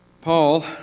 Paul